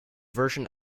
version